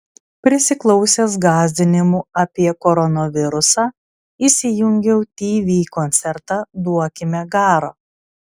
prisiklausęs gąsdinimų apie koronavirusą įsijungiau tv koncertą duokime garo